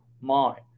mind